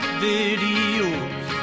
videos